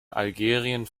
algerien